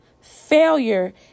Failure